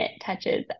touches